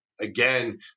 Again